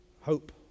Hope